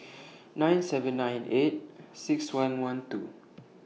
nine seven nine eight six one one two